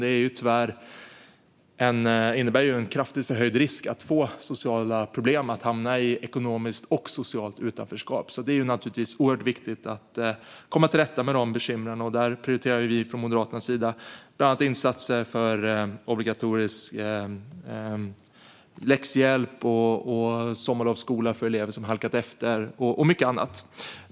Det innebär tyvärr en kraftigt förhöjd risk för sociala problem och för att hamna i ekonomiskt och socialt utanförskap. Det är oerhört viktigt att komma till rätta med de bekymren. Moderaterna prioriterar bland annat insatser för obligatorisk läxhjälp, sommarlovsskola för elever som har halkat efter och mycket annat.